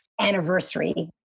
anniversary